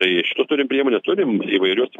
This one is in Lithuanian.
tai šitu turim priemonę turim įvairius